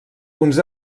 uns